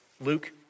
Luke